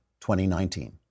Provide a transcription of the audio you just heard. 2019